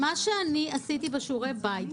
מה שאני עשיתי בשיעורי הבית,